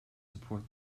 support